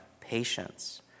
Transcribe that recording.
patience